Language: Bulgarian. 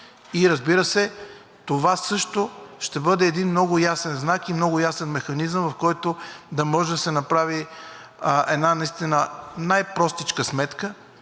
И разбира се, това също ще бъде много ясен знак и много ясен механизъм, в който да може да се направи една най-простичка сметка